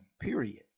period